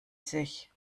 sich